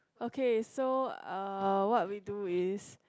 okay so uh what we do is